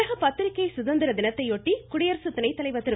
உலக பத்திரிக்கை சுதந்திர தினத்தையொட்டி குடியரசு துணைத்தலைவர் திரு